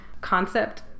concept